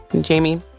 Jamie